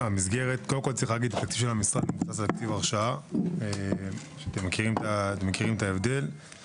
תקציב המשרד הוא תקציב- -- אתם מכירים את ההבדל.